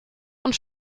und